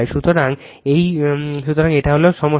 সুতরাং এই সমস্যা